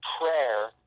prayer